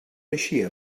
eixia